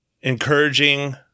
encouraging